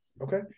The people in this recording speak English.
Okay